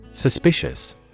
Suspicious